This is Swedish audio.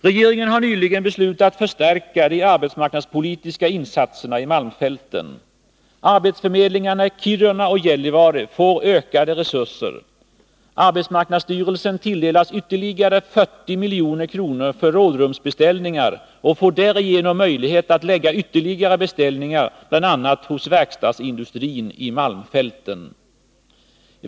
Regeringen har nyligen beslutat förstärka de arbetsmarknadspolitiska insatserna i malmfälten. Arbetsförmedlingarna i Kiruna och Gällivare får ökade resurser. AMS tilldelas ytterligare 40 milj.kr. för rådrumsbeställningar och får därigenom möjlighet att lägga ytterligare beställningar, bl.a. hos verkstadsindustrin i malmfälten.